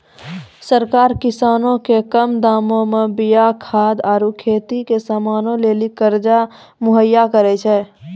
सरकार किसानो के कम दामो मे बीया खाद आरु खेती के समानो लेली कर्जा मुहैय्या करै छै